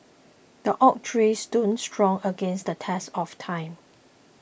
the oak tree stood strong against the test of time